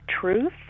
truth